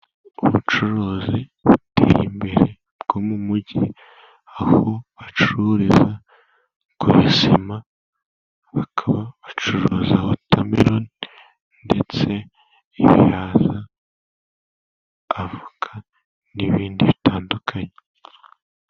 Ubucuruzi buteye imbere bwo mu mujyi aho bacururiza kubisima bakaba bacuruza wotameroni ndetse n'ibihaza, avoka n'ibindi bitandukanye.